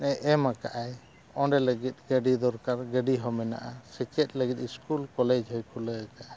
ᱮᱢ ᱠᱟᱜᱼᱟᱭ ᱚᱸᱰᱮ ᱞᱟᱹᱜᱤᱫ ᱜᱟᱹᱰᱤ ᱫᱚᱨᱠᱟᱨ ᱜᱟᱹᱰᱤ ᱦᱚᱸ ᱢᱮᱱᱟᱜᱼᱟ ᱥᱮᱪᱮᱫ ᱞᱟᱹᱜᱤᱫ ᱥᱠᱩᱞ ᱠᱚᱞᱮᱡᱽ ᱦᱚᱸᱭ ᱠᱷᱩᱞᱟᱹᱣᱟᱠᱟᱜᱼᱟ